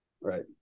Right